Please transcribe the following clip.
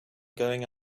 going